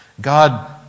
God